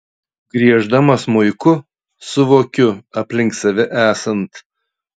grieždama smuiku suvokiu aplink save esant